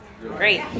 Great